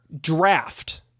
draft